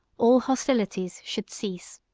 all hostilities should cease.